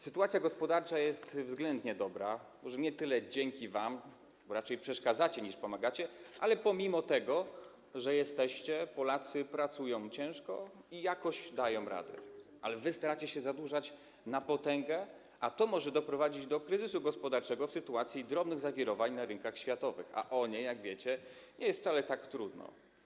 Sytuacja gospodarcza jest względnie dobra, może nie tyle dzięki wam, bo raczej przeszkadzacie, niż pomagacie, ale pomimo że jesteście, Polacy pracują ciężko i jakoś dają radę, jednak wy staracie się zadłużać na potęgę, a to może doprowadzić do kryzysu gospodarczego w sytuacji drobnych zawirowań na rynkach światowych, a o nie, jak wiecie, nie jest wcale tak trudno.